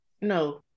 No